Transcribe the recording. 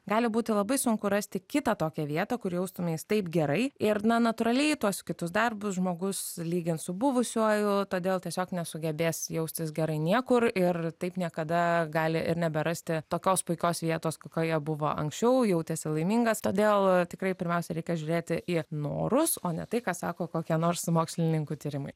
gali būti labai sunku rasti kitą tokią vietą kur jaustumeis taip gerai ir na natūraliai tuos kitus darbus žmogus lygins su buvusiuoju todėl tiesiog nesugebės jaustis gerai niekur ir taip niekada gali ir neberasti tokios puikios vietos kokioje buvo anksčiau jautėsi laimingas todėl tikrai pirmiausia reikia žiūrėti į norus o ne tai ką sako kokie nors mokslininkų tyrimai